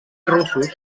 russos